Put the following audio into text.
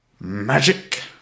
Magic